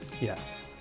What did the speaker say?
yes